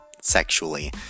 sexually